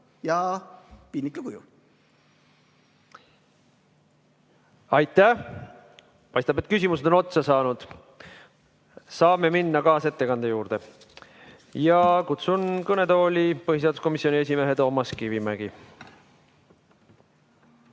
piinlik lugu. Aitäh! Paistab, et küsimused on otsa saanud. Saame minna kaasettekande juurde. Kutsun kõnetooli põhiseaduskomisjoni esimehe Toomas Kivimägi.